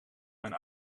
mijn